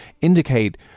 indicate